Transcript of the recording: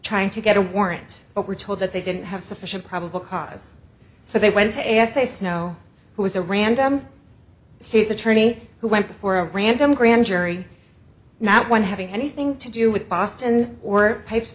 trying to get a warrant but were told that they didn't have sufficient probable cause so they went to ask a snow who is a random state's attorney who went before a random grand jury not one having anything to do with boston or pipes